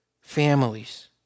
families